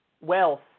wealth